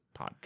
podcast